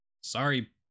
sorry